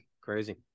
crazy